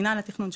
מנהל התכנון,